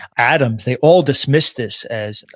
adams, they all dismissed this as,